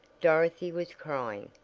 dorothy was crying.